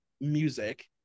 music